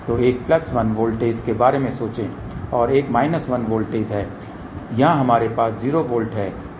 तो एक plus 1 voltage के बारे में सोचो और यह एक माइनस 1 वोल्टेज है यहां हमारे पास 0 वोल्ट है